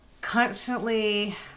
constantly